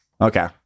okay